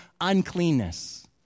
uncleanness